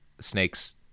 snakes